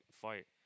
fight